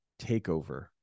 takeover